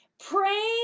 Pray